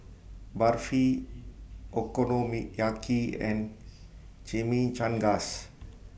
Barfi Okonomiyaki and Chimichangas